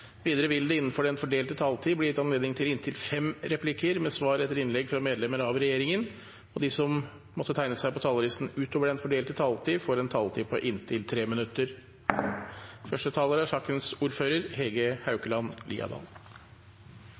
Videre vil det – innenfor den fordelte taletid – bli gitt anledning til inntil fem replikker med svar etter innlegg fra medlemmer av regjeringen, og de som måtte tegne seg på talerlisten utover den fordelte taletid, får en taletid på inntil 3 minutter.